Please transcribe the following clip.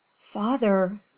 Father